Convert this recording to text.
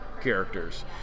characters